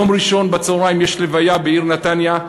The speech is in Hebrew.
ביום ראשון בצהריים יש הלוויה בעיר נתניה.